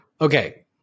Okay